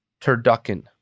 turducken